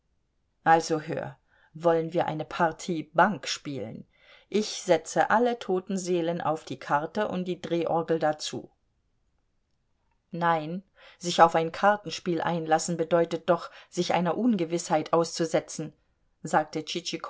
also hör wollen wir eine partie bank spielen ich setze alle toten seelen auf die karte und die drehorgel dazu nein sich auf ein kartenspiel einlassen bedeutet doch sich einer ungewißheit auszusetzen sagte